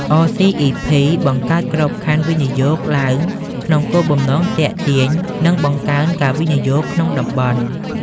អ សុី អុី ភី(RCEP) បង្កើតក្របខណ្ឌវិនិយោគឡើង ក្នុងគោលបំណងទាក់ទាញ និងបង្កើនការវិនិយោគក្នុងតំបន់។